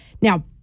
Now